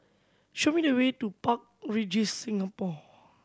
show me the way to Park Regis Singapore